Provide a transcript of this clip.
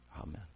Amen